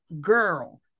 Girl